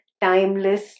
timeless